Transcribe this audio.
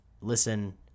listen